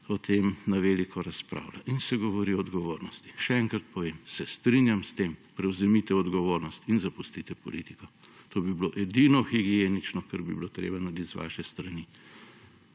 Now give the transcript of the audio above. o tem na veliko razpravlja in se govori o odgovornosti. Še enkrat povem. Se strinjam s tem – prevzemite odgovornost in zapustite politiko. To bi bilo edino higienično, kar bi bilo treba narediti z vaše strani.